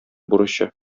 бурычы